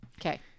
Okay